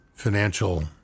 financial